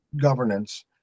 governance